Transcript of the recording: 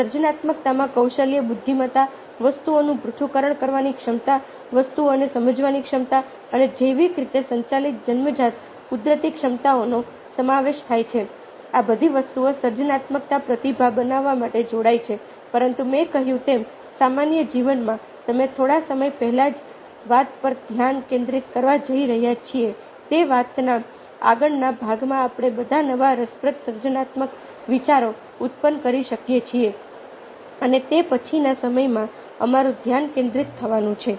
સર્જનાત્મકતામાં કૌશલ્ય બુદ્ધિમત્તા વસ્તુઓનું પૃથ્થકરણ કરવાની ક્ષમતા વસ્તુઓને સમજવાની ક્ષમતા અને જૈવિક રીતે સંચાલિત જન્મજાત કુદરતી ક્ષમતાઓનો સમાવેશ થાય છે આ બધી વસ્તુઓ સર્જનાત્મકતા પ્રતિભા બનાવવા માટે જોડાઈ છે પરંતુ મેં કહ્યું તેમ સામાન્ય જીવનમાં તમે થોડા સમય પહેલા જે વાત પર ધ્યાન કેન્દ્રિત કરવા જઈ રહ્યા છીએ તે વાતના આગળના ભાગમાં આપણે બધા નવા રસપ્રદ સર્જનાત્મક વિચારો ઉત્પન કરી શકીએ છીએ અને તે પછીના સમયમાં અમારું ધ્યાન કેન્દ્રિત થવાનું છે